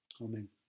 Amen